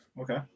Okay